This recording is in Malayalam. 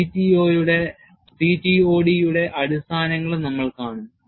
CTOD യുടെ അടിസ്ഥാനങ്ങളും നമ്മൾ കാണും